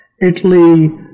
Italy